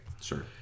Sure